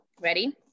Ready